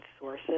sources